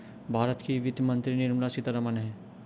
भारत की वित्त मंत्री निर्मला सीतारमण है